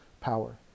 power